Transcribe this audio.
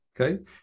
Okay